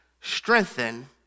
strengthen